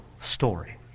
story